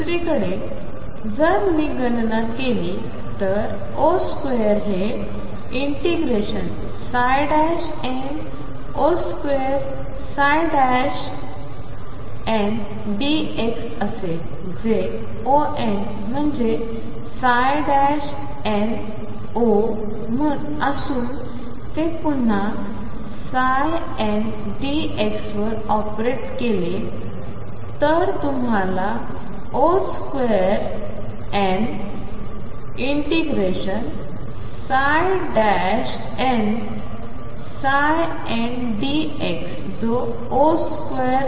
दुसरीकडे जर मी गणना केली तर⟨O2⟩ हे ∫nO2ndx असेल जे On मन्हजे nO असून ते पुन्हा ̂n dx वर ऑपरेट केले तर तुम्हाला On2∫nndx जो On2